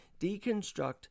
deconstruct